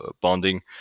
bonding